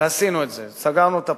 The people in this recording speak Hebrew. ועשינו את זה, סגרנו את הפער.